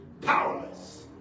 powerless